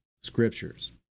scriptures